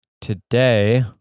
Today